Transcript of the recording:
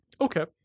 Okay